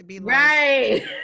right